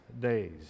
days